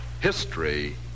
history